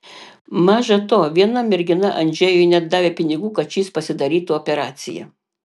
maža to viena mergina andžejui net davė pinigų kad šis pasidarytų operaciją